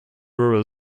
rural